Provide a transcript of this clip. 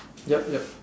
yup yup